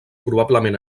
probablement